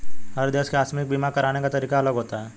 हर देश के आकस्मिक बीमा कराने का तरीका अलग होता है